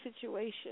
situation